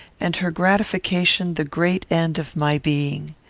and her gratification the great end of my being.